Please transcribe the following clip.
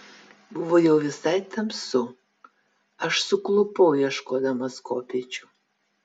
buvo jau visai tamsu aš suklupau ieškodamas kopėčių